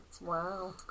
wow